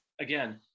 again